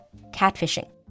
Catfishing